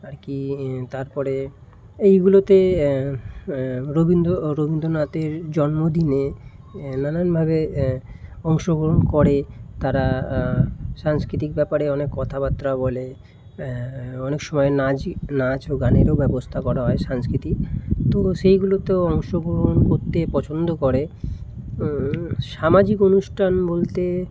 আর কি এ তারপরে এইগুলোতে রবীন্দ্র রবীন্দ্রনাথের জন্মদিনে নানানভাবে অংশগ্রহণ করে তারা সাংস্কৃতিক ব্যাপারে অনেক কথাবার্তা বলে অনেক সময় নাচ নাচ ও গানেরও ব্যবস্থা করা হয় সাংস্কৃতিক তো সেইগুলোতে অংশগ্রহণ করতে পছন্দ করে সামাজিক অনুষ্ঠান বলতে